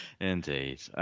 Indeed